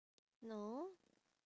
no